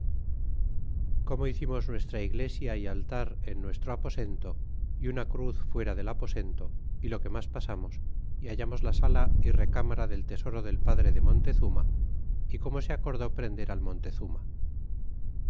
como hicimos nuestra iglesia y altar en nuestro aposento y una cruz fuera del aposento y lo que mas pasamos y hallamos la sala y racmara del tesoro del padre de montezuma y como se acordó prender al montezuma